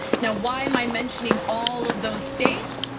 now why am i mentioning all of those states?